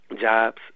jobs